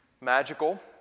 magical